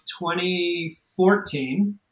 2014